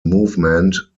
movement